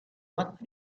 what